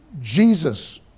Jesus